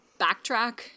backtrack